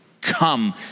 Come